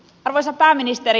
arvoisa pääministeri